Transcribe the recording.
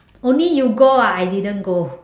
only you go ah I didn't go